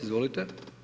Izvolite.